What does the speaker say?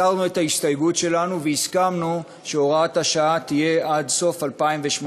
הסרנו את ההסתייגות שלנו והסכמנו שהוראת השעה תהיה עד סוף 2018,